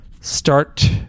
start